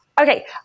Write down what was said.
Okay